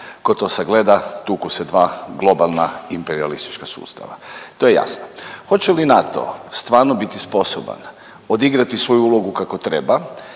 ko to sagleda, tuku se dva globalna imperijalistička sustava, to je jasno. Hoće li NATO stvarno biti sposoban odigrati svoju ulogu kako treba